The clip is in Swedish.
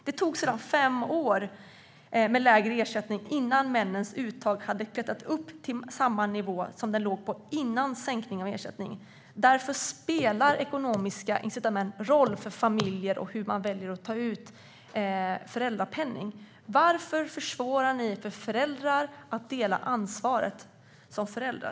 Det tog sedan fem år med lägre ersättning innan männens uttag hade klättrat upp till samma nivå som den låg på före sänkningen av ersättningen. Därför spelar ekonomiska incitament roll för familjer och hur de väljer att ta ut föräldrapenning. Varför försvårar ni för föräldrar att dela ansvaret som föräldrar?